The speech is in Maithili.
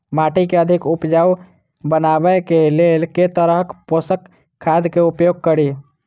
माटि केँ अधिक उपजाउ बनाबय केँ लेल केँ तरहक पोसक खाद केँ उपयोग करि?